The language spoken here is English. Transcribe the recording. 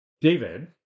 David